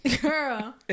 Girl